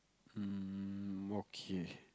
um okay